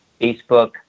Facebook